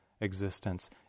existence